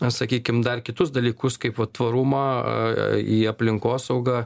na sakykim dar kitus dalykus kaip vat tvarumą į aplinkosaugą